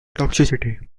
toxicity